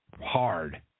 hard